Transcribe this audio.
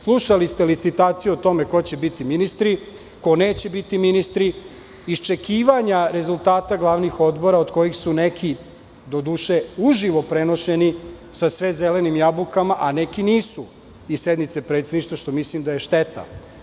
Slušali ste licitaciju o tome ko će biti ministri, ko neće biti ministri, iščekivanja rezultata glavnih odbora od kojih su neki doduše uživo prenošeni sa sve zelenim jabukama, a neki nisu i sednice predsedništva, što mislim da je šteta.